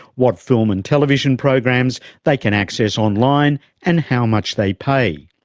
what film and television programs they can access online and how much they pay.